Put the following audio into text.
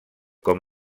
com